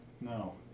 No